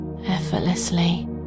effortlessly